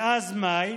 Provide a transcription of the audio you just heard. מאז מאי,